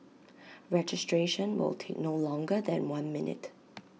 registration will take no longer than one minute